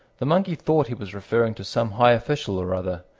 the monkey thought he was referring to some high official or other,